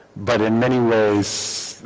but in many ways